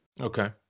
Okay